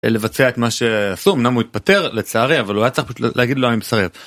לבצע את מה שעשו, אמנם הוא התפטר לצערי, אבל הוא היה צריך להגיד לו אני מסרב.